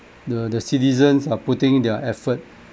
the the citizens are putting their effort